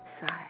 side